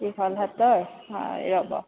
দীঘল হাতৰ ৰ'ব